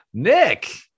Nick